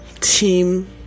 team